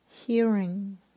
hearing